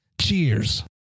Cheers